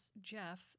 Jeff